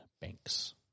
Banks